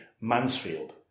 Mansfield